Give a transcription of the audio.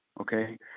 Okay